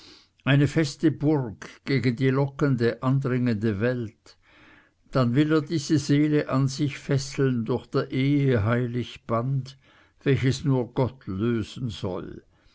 eine feste burg gegen die lockende andringende welt dann will er diese seele an sich fesseln durch der ehe heilig band welches nur gott lösen soll